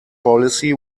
policy